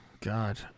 God